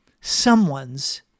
someone's